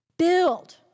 Build